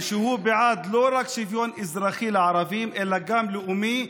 ושהוא בעד לא רק שוויון אזרחי לערבים אלא גם לאומי,